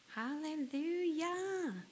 Hallelujah